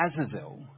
Azazel